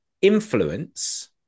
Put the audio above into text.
influence